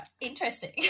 interesting